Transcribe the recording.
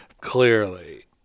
Clearly